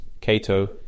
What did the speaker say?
Cato